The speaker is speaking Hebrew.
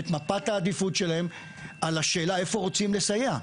את מפת העדיפות שלהם על השאלה איפה רוצים לסייע?